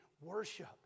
worship